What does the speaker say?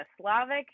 Slavic